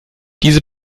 diese